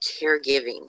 caregiving